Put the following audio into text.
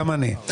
גם אני.